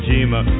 Jima